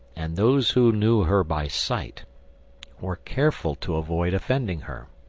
and those who knew her by sight were careful to avoid offending her.